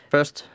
First